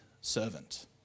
servant